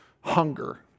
hunger